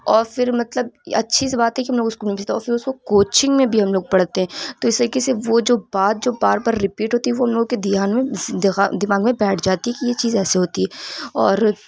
اور پھر مطلب یہ اچھی سی بات ہے کہ ہم لوگ اسکول میں بھی تو اس کو کوچنگ میں بھی ہم لوگ پڑھتے ہیں تو اس طریقے سے وہ جو بات جو بار بار رپیٹ ہوتی ہے وہ ان لوگ کے دھیان میں دغا دماغ میں بیٹھ جاتی کہ یہ چیز ایسے ہوتی ہے اور